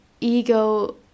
ego